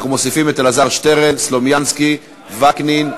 אנחנו מוסיפים את אלעזר שטרן, סלומינסקי, וקנין,